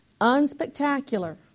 Unspectacular